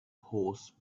horse